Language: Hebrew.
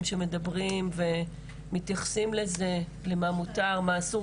שמדברים ומתייחסים לזה למה מותר ומה אסור.